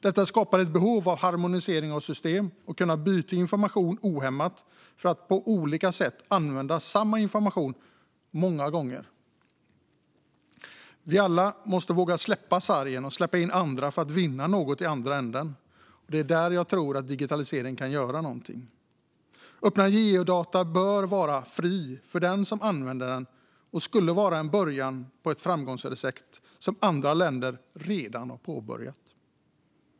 Detta skapar ett behov av harmonisering av system och av att kunna byta information ohämmat för att på olika sätt använda samma information många gånger. Vi måste alla våga släppa sargen och släppa in andra för att vinna något i andra änden. Det är där jag tror att digitaliseringen kan göra någonting. Öppna geodata bör vara fria för den som använder dem, och det skulle vara en början på ett framgångsrecept som andra länder redan har påbörjat.